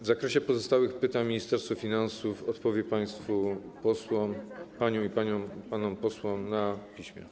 W zakresie pozostałych pytań Ministerstwo Finansów odpowie państwu posłom, paniom i panom posłom, na piśmie.